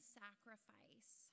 sacrifice